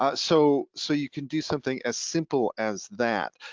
ah so so you can do something as simple as that,